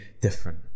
different